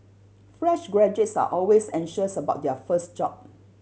fresh graduates are always anxious about their first job